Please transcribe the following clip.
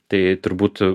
tai turbūt